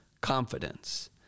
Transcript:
confidence